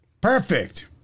Perfect